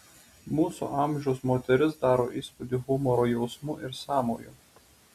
mūsų amžiaus moteris daro įspūdį humoro jausmu ir sąmoju